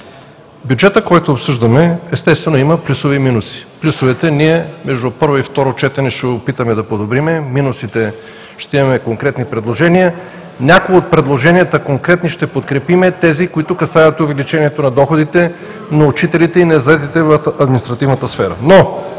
бюджетът, който обсъждаме, естествено, има плюсове и минуси. Плюсовете между първо и второ четене ще се опитаме да подобрим, по минусите ще имаме конкретни предложения. Някои от конкретните предложения ще подкрепим – тези, които касаят увеличението на доходите на учителите и на заетите в административната сфера.